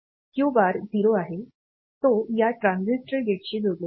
Q bar 0 आहे तो या ट्रान्झिस्टर गेटशी जोडलेला आहे